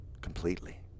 completely